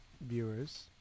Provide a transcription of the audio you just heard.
viewers